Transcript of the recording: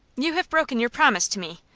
you have broken your promise to me!